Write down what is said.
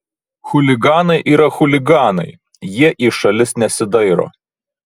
chuliganai yra chuliganai jie į šalis nesidairo